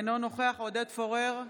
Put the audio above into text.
אינו נוכח עודד פורר,